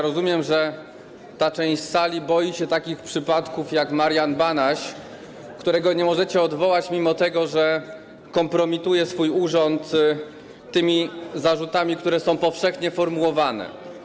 Rozumiem, że ta część sali boi się takich przypadków, jak Marian Banaś, którego nie możecie odwołać, mimo że kompromituje swój urząd zarzutami, które są powszechnie formułowane.